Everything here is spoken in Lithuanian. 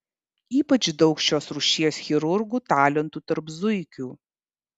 ypač daug šios rūšies chirurgų talentų tarp zuikių